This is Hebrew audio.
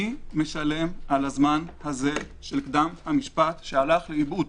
מי משלם על הזמן הזה של קדם המשפט שהלך לאיבוד?